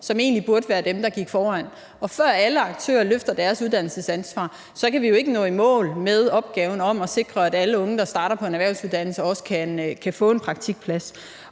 som egentlig burde være dem, der gik foran. Før alle aktører løfter deres uddannelsesansvar, kan vi jo ikke nå i mål med opgaven med at sikre, at alle unge, der starter på en erhvervsuddannelse, også kan få en praktikplads.